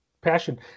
passion